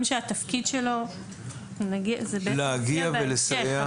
שהתפקיד שלו זה בעצם --- להגיע ולסייע.